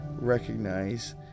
recognize